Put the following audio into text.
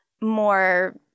more